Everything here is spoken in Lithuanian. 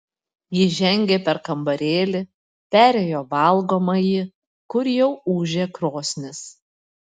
ji žengė per kambarėlį perėjo valgomąjį kur jau ūžė krosnis